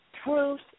Truth